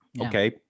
Okay